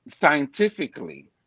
Scientifically